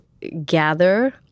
gather